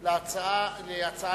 על ההצעה